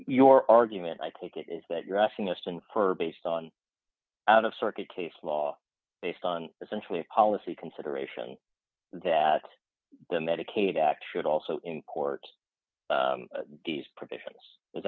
your argument i take it is that you're asking mr and her based on out of circuit case law based on essentially a policy consideration that the medicaid act should also in court these provisions is